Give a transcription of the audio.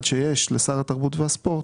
כשהקובע הוא שר האוצר,